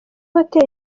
hotel